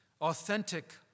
Authentic